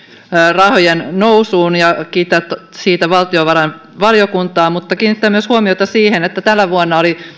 rahojen nousuun ja kiittää siitä valtiovarainvaliokuntaa mutta kiinnittää myös huomiota siihen että tänä vuonna oli